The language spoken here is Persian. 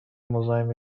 مزاحم